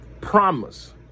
promise